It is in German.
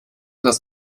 das